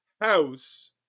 house